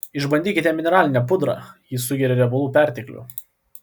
išbandykite mineralinę pudrą ji sugeria riebalų perteklių